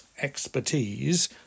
expertise